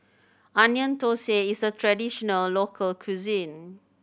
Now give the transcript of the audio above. Onion Thosai is a traditional local cuisine